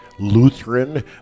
Lutheran